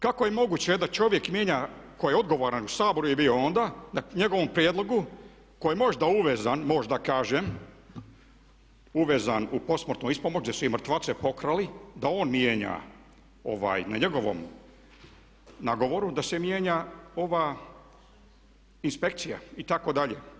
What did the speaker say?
Kako je moguće da čovjek mijenja koji je odgovoran, u Saboru je bio onda da njegovom prijedlogu koji je možda uvezan, možda kažem uvezan u posmrtnu ispomoć, da su i mrtvace pokrali, da on mijenja na njegovom nagovoru da se mijenja ova inspekcija itd.